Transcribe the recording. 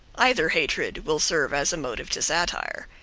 either hatred will serve as a motive to satire.